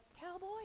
cowboy